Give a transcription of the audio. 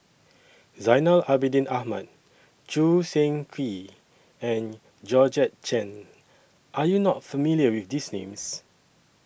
Zainal Abidin Ahmad Choo Seng Quee and Georgette Chen Are YOU not familiar with These Names